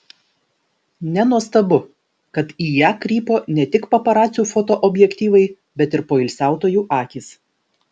nenuostabu kad į ją krypo ne tik paparacių fotoobjektyvai bet ir poilsiautojų akys